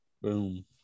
boom